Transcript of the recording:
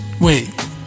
wait